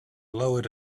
lowered